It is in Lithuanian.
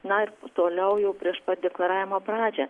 na ir toliau jau prieš pat deklaravimo pradžią